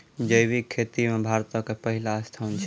जैविक खेती मे भारतो के पहिला स्थान छै